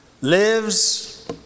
lives